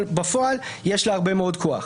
אבל בפועל יש לה הרבה מאוד כוח.